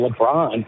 lebron